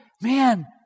man